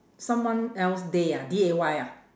someone else day ah D A Y ah